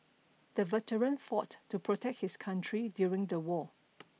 the veteran fought to protect his country during the war